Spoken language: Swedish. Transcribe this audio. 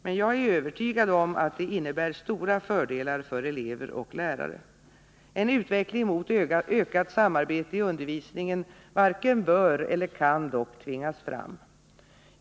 Men jag är övertygad om att det innebär stora fördelar för elever och lärare. En utveckling mot ökat samarbete i undervisningen varken bör eller kan dock tvingas fram.